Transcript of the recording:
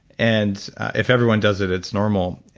and if everyone does it, it's normal.